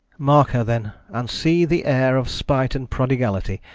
mark her then, and see the heir of spight and prodigality,